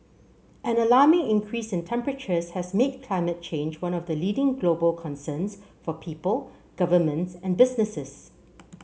an alarming increase in temperatures has made climate change one of the leading global concerns for people governments and businesses